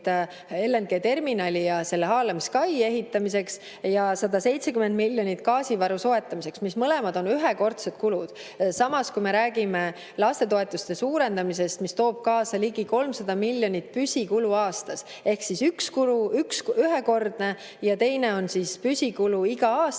LNG-terminali ja selle haalamiskai ehitamiseks ning 170 miljonit gaasivaru soetamiseks. Need mõlemad on ühekordsed kulud. Samas, me räägime lastetoetuste suurendamisest, mis toob kaasa ligi 300 miljonit püsikulu aastas. Ehk üks kulu on ühekordne ja teine on püsikulu, see